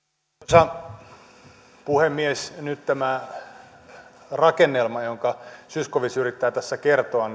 arvoisa puhemies voi olla että nyt tämä rakennelma jonka zyskowicz yrittää tässä kertoa